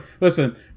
listen